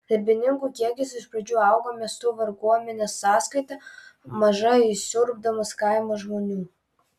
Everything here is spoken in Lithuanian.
darbininkų kiekis iš pradžių augo miestų varguomenės sąskaita maža įsiurbdamas kaimo žmonių